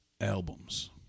Albums